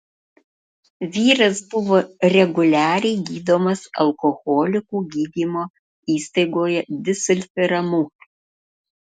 vyras buvo reguliariai gydomas alkoholikų gydymo įstaigoje disulfiramu